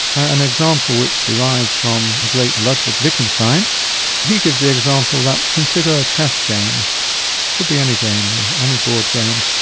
an example which derives from the great ludwig wittgenstein he gives the example that, consider a chess game, it could be any game, any board game,